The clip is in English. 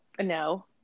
No